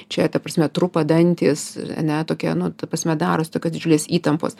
čia ta prasme trupa dantys ae tokia nu ta prasme daros tokios didžiulės įtampos